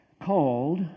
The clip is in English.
called